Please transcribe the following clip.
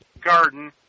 garden